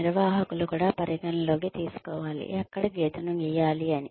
నిర్వాహకులు కూడా పరిగణనలోకి తీసుకోవాలి ఎక్కడ గీతను గీయాలి అని